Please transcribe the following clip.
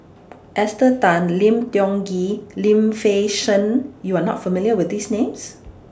Esther Tan Lim Tiong Ghee Lim Fei Shen YOU Are not familiar with These Names